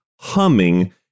humming